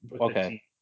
Okay